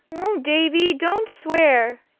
oh, davy don't swear,